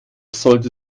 sollte